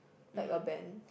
like a band